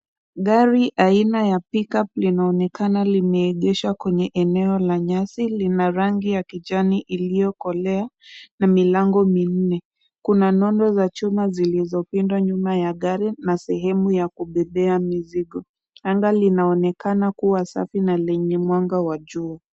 Gari aina ya pick-up linaonekana limeegeshwa kwenye eneo la nyasi, lina rangi ya kijani iliyokolea na milango minne. Kuna nondo za chuma zilizopindwa nyuma ya gari na sehemu ya kubebea mizigo. Anga linaonekana kuwa safi na lenye mwanga wa juu.